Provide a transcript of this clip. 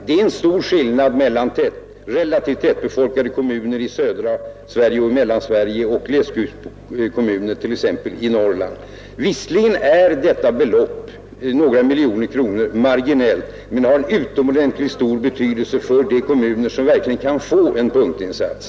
Det är en stor skillnad mellan relativt tättbefolkade kommuner i södra och mellersta Sverige och glesbygdskommuner t.ex. i Norrland. Visserligen är detta belopp — någon miljon kronor — marginellt, men det har utomordentligt stor betydelse för de kommuner som verkligen kan bli föremål för en punktinsats.